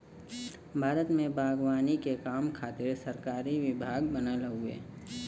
भारत में बागवानी के काम खातिर सरकारी विभाग बनल हउवे